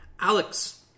Alex